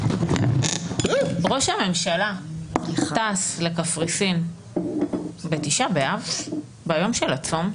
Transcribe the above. ראש הממשלה טס לקפריסין בתשעה באב, ביום של הצום?